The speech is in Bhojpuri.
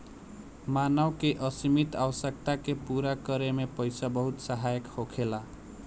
मानव के असीमित आवश्यकता के पूरा करे में पईसा बहुत सहायक होखेला